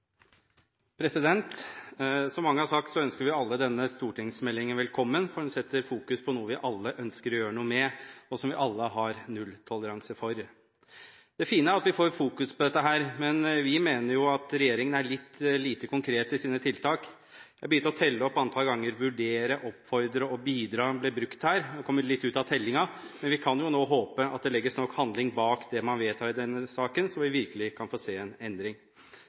som denne ikkje for meir oppmerksemd. Som mange har sagt, ønsker vi alle denne stortingsmeldingen velkommen, for den fokuserer på noe vi alle ønsker å gjøre noe med, og som vi alle har nulltoleranse for. Det fine er at vi får fokus på dette, men vi mener jo at regjeringen er litt lite konkret i sine tiltak. Jeg begynte å telle opp antall ganger ordene «vurdere», «oppfordre» og «bidra» er brukt her og er kommet litt ut av tellingen, men vi kan jo nå håpe at det legges nok handling bak det man vedtar i denne saken, så vi virkelig kan få se en endring.